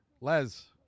Les